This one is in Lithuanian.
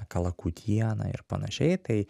kalakutiena ir panašiai tai